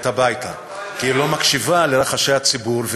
הביתה: כי היא לא מקשיבה לרחשי הציבור,